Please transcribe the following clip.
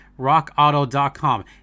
Rockauto.com